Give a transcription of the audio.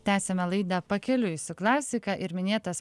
tęsiame laida pakeliui su klasika ir minėtas